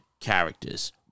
characters